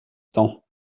temps